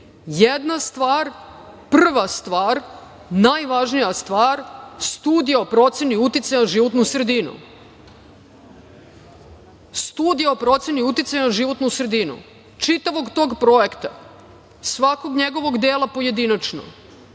Jedna stvar, prva stvar, najvažnija stvar, sudija o proceni uticaja na životnu sredinu. Studija o proceni uticaja na životnu sredinu, čitavog tog projekta, svakog njegovog dela pojedinačno